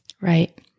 right